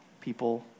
people